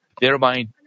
thereby